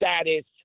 status